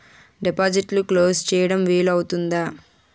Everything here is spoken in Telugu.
డిపాజిట్లు క్లోజ్ చేయడం వీలు అవుతుందా?